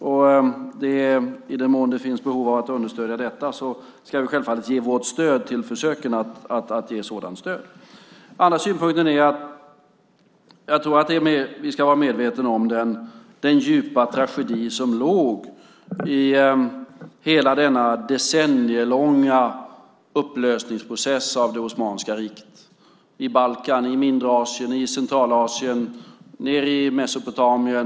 I den mån det finns behov av att understödja detta ska vi självfallet ge stöd. En annan synpunkt är att vi ska vara medvetna om den djupa tragedi som låg i hela denna decennielånga upplösningsprocessen av Osmanska riket - i Balkan, i Mindre Asien, i Centralasien, i Mesopotamien.